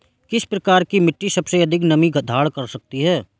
किस प्रकार की मिट्टी सबसे अधिक नमी धारण कर सकती है?